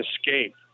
Escape